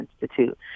Institute